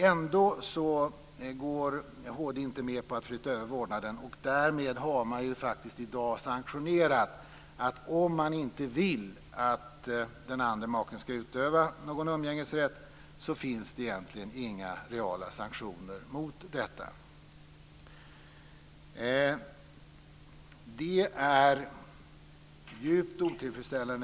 Ändå går HD inte med på att flytta över vårdnaden, och därmed har man faktiskt i dag sanktionerat detta - om man inte vill att den andre maken ska utöva umgängesrätt finns det egentligen inga reala sanktioner mot det. Det är djupt otillfredsställande.